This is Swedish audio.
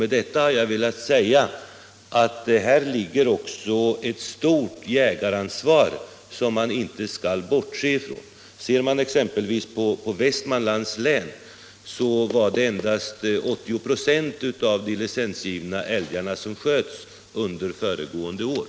Med detta har jag velat säga att här finns ett stort jägaransvar som man inte skall bortse från. I exempelvis Västmanlands län var det endast 80 96 av de licensgivna älgarna som sköts under föregående år.